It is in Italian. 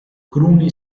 cruni